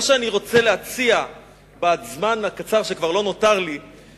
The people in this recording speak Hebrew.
מה שאני רוצה להציע בזמן הקצר שכבר לא נותר לי הוא,